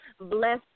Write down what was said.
Bless